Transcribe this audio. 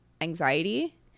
anxiety